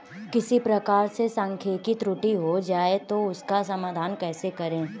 किसी प्रकार से सांख्यिकी त्रुटि हो जाए तो उसका समाधान कैसे करें?